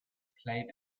played